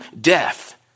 Death